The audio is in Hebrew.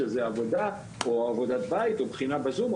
לעבודה או עבודת בית או בחינה בזום,